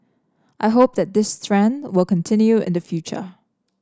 I hope that this trend will continue in the future